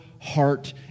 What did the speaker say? heart